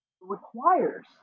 requires